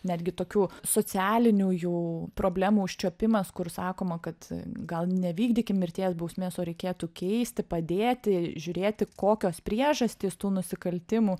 netgi tokių socialinių jų problemų užčiuopimas kur sakoma kad gal nevykdykim mirties bausmės o reikėtų keisti padėti žiūrėti kokios priežastys tų nusikaltimų